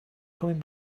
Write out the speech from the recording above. coming